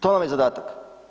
To vam je zadatak.